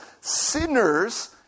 sinners